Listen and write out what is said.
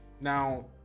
Now